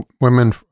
women